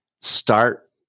start